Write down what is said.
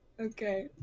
Okay